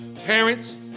Parents